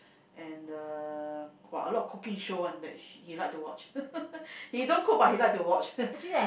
and uh !wah! a lot of cooking show one that he like to watch he don't cook but he like to watch